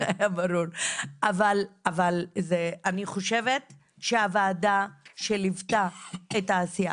אבל אני חושבת שהוועדה שליוותה את העשייה,